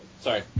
Sorry